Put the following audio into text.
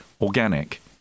organic